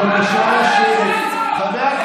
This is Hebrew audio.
חברת